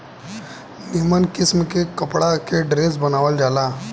निमन किस्म के कपड़ा के ड्रेस बनावल जाला